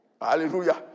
Hallelujah